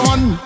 One